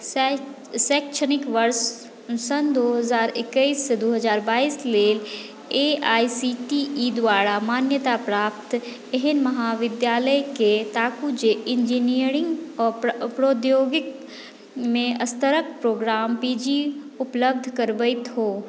शैक्षणिक वर्ष सन दू हजार एक्कैस सऽ दू हजार बाइस लेल A I C T E द्वारा मान्यताप्राप्त एहन महाविद्यालयके ताकू जे इंजीनियरिंग आ प्रौद्योगिक मे स्तरक प्रोग्राम पी जी उपलब्ध करबैत हो